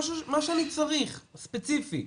מה שאני צריך ספציפי.